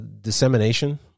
dissemination